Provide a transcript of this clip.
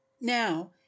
Now